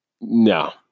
no